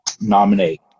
nominate